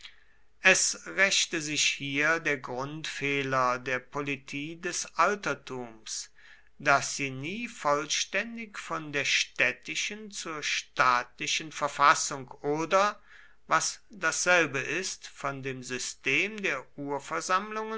es rächte sich hier der grundfehler der politie des altertums daß sie nie vollständig von der städtischen zur staatlichen verfassung oder was dasselbe ist von dem system der